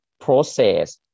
process